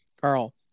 Carl